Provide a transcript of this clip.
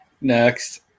Next